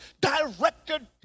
directed